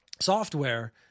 software